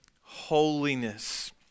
holiness